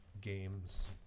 games